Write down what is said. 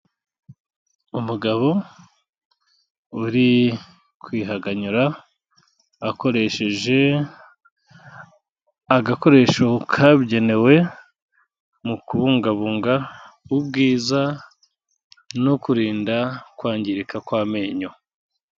Umugabo uri kwihaganyura akoresheje agakoresho kabugenewe mu kubungabunga ubwiza no kurinda kwangirika kw'amenyo.